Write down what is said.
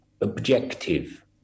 objective